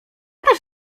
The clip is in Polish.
też